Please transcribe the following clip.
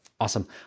Awesome